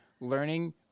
learning